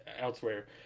elsewhere